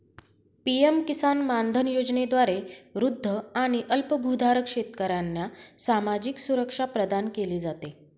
PM Kisan Maandhan योजनेद्वारे वृद्ध आणि अल्पभूधारक शेतकऱ्यांना सामाजिक सुरक्षा प्रदान केली जाते